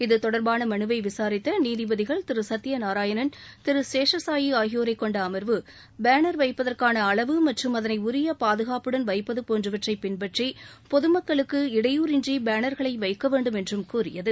இது தொடர்பான மலுவை விசாரித்த நீதிபதிகள் திரு சத்ய நாராயணன் திரு சேஷசாயி ஆகியோரைக் கொண்ட அமா்வு பேனா் வைப்பதற்கான அளவு மற்றும் அதனை உரிய பாதுகாப்புடன் வைப்பது போன்றவற்றை பின்பற்றி பொதுமக்களுக்கு இடையூறின்றி பேனா்களை வைக்க வேண்டும் என்றும் கூறியது